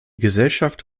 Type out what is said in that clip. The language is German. gesellschaft